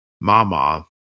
Mama